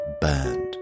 burned